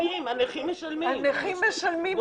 הנכים משלמים.